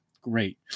great